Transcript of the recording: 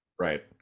Right